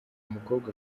mukobwa